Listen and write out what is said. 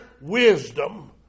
wisdom